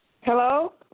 Hello